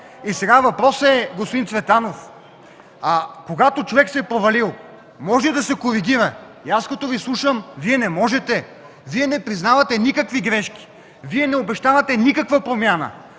Сега въпросът, господин Цветанов, е, че когато човек се е провалил, може да се коригира. И аз като Ви слушам – Вие не можете, Вие не признавате никакви грешки, не обещавате никаква промяна.